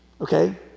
Okay